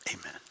amen